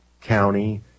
county